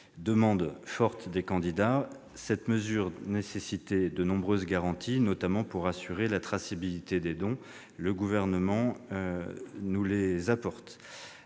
Demande forte des candidats, cette mesure nécessitait de nombreuses garanties, notamment pour assurer la traçabilité des dons ; le Gouvernement nous les apporte.